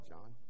John